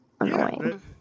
annoying